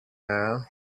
now